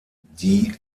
die